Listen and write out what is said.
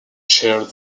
shared